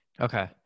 okay